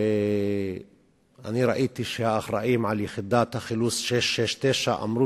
וראיתי שהאחראים ליחידת החילוץ 669 אמרו